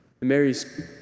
Mary's